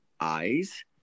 eyes